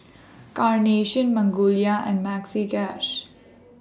Carnation Magnolia and Maxi Cash